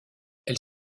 elle